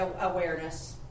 awareness